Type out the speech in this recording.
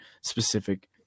specific